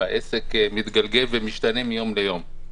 והעסק מתגלגל ומשתנה מיום ליום.